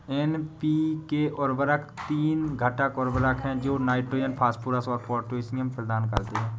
NPK उर्वरक तीन घटक उर्वरक हैं जो नाइट्रोजन, फास्फोरस और पोटेशियम प्रदान करते हैं